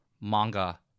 manga